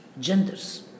genders